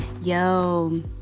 Yo